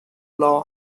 law